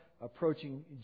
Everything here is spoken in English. approaching